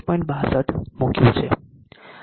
62 મૂક્યું છે